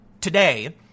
today